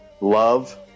love